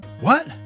What